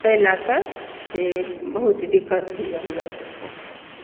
ताहि लयके से बहुत दिक्कत होइए हमरा सभके